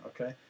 okay